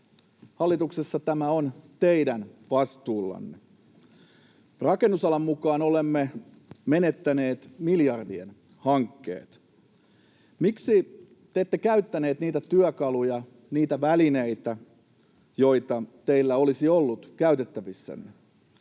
hallituksessa tämä on teidän vastuullanne. Rakennusalan mukaan olemme menettäneet miljardien hankkeet. Miksi te ette käyttäneet niitä työkaluja, niitä välineitä, joita teillä olisi ollut käytettävissänne?